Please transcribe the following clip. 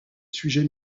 sujets